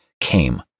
came